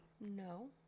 No